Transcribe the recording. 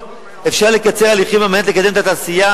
אפשר לקצר הליכים על מנת לקדם את התעשייה,